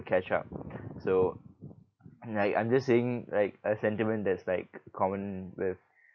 catch up so like I'm just saying like a sentiment that's like common with